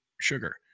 Sugar